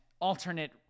alternate